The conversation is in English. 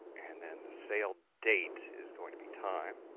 and then the sale date is going to be time.